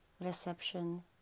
reception